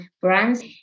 brands